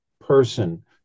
person